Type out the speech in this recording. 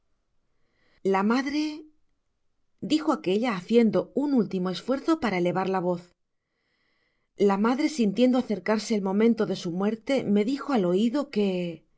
la madre dijo aquella haciendo un último esfuerzo para elevar la voz la madre sintiendo acercarse el momento de su muerte me dijo al oido que